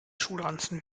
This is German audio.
schulranzen